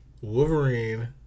Wolverine